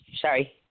sorry